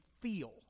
feel